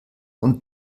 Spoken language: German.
und